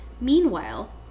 Meanwhile